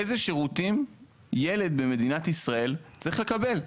איזה שירותים ילד במדינת ישראל צריך לקבל?